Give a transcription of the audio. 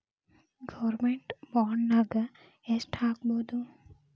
Government ಬಾಂಡ್ನಾಗ್ ಯೆಷ್ಟ್ ಹಾಕ್ಬೊದು?